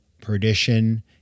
perdition